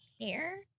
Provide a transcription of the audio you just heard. hair